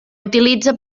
utilitza